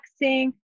relaxing